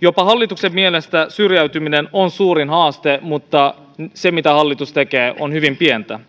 jopa hallituksen mielestä syrjäytyminen on suuri haaste mutta se mitä hallitus tekee on hyvin pientä